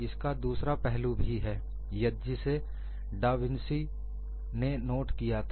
इसका दूसरा पहलू भी है जिसे डा विंसी ने नोट किया था